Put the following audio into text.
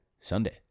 Sunday